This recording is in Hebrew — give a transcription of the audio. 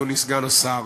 אדוני סגן השר,